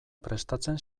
prestatzen